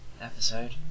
episode